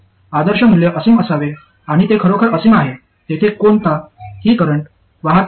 आदर्श मूल्य असीम असावे आणि ते खरोखर असीम आहे तेथे कोण ता ही करंट वाहत नाही